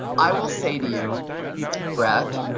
i will say to you brett,